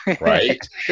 Right